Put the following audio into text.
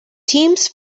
teams